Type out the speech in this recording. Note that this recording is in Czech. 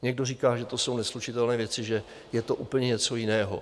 Někdo říká, že to jsou neslučitelné věci, že je to úplně něco jiného.